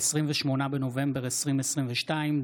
28 בנובמבר 2022,